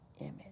image